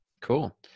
Cool